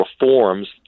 reforms